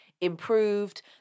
improved